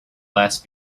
less